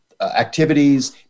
activities